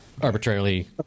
arbitrarily